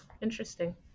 interesting